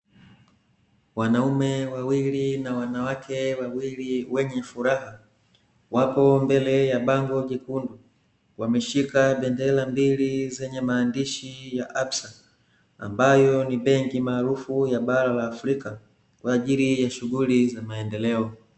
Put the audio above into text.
Wanaume wawili na wanawake wawili wenye furaha, wapo mbele ya bango jekundu, wameshika bendera mbili zenye maandishi ya absa, ambayo ni benki maarufu ya bara la Afrika, kwa ajili ya shughuli za maendeleo.